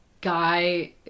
guy